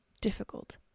difficult